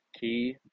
key